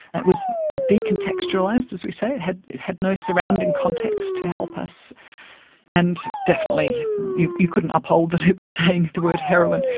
it was decontextualised, as we say, it had it had no surrounding context to help us and definitely, you you couldn't uphold that he was saying the word heroin.